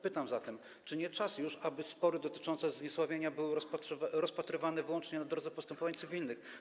Pytam zatem: Czy już nie czas, aby spory dotyczące zniesławienia były rozpatrywane wyłącznie na drodze postępowań cywilnych?